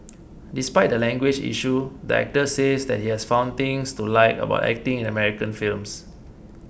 despite the language issue the actor says that he has found things to like about acting in American films